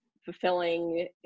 Fulfilling